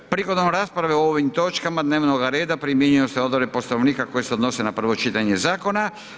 Prigodom rasprave o ovim točkama dnevnoga reda primjenjuju se odredbe Poslovnika koje se odnose na prvo čitanje zakona.